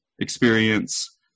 experience